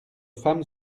femme